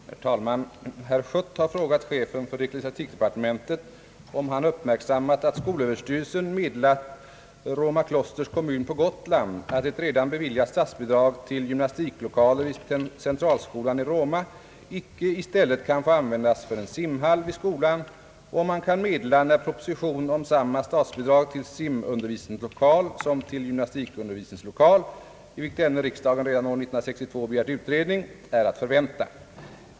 Herr talman! Herr Schött har frågat chefen för ecklesiastikdepartementet om han uppmärksammat att skolöverstyrelsen meddelat Romaklosters kommun på Gotland att ett redan beviljat statsbidrag till gymnastiklokaler vid centralskolan i Roma icke i stället kan få användas för en simhall vid skolan och om han kan meddela när proposition om samma statsbidrag till simundervisningslokal som till gymnastikundervisningslokal — i vilket ämne riksdagen redan år 1962 begärt utredning — är att förvänta.